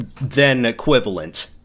then-equivalent